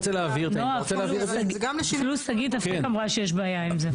נעה, אפילו שגית אפיק אמרה שיש בעיה עם זה.